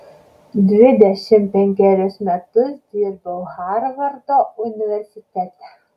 dvidešimt penkerius metus dirbau harvardo universitete